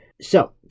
So-